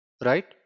right